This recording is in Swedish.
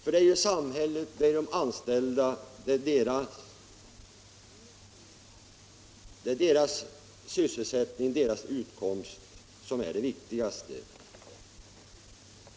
Det är ju de anställdas sysselsättning och utkomst som är det viktigaste.